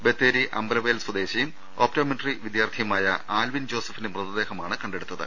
ബത്തേരി അമ്പലവയൽ സ്വദേ ശിയും ഒപ്ടോമെട്രി വിദ്യാർഥിയുമായ ആൽവിൻ ജോസ ഫിന്റെ മൃതദേഹമാണ് കണ്ടെടുത്തത്